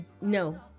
No